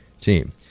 team